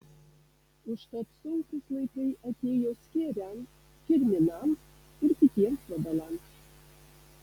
užtat sunkūs laikai atėjo skėriams kirminams ir kitiems vabalams